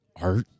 art